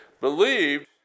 believed